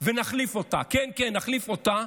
ונחליף אותה, כן, כן, נחליף אותה,